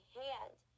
hand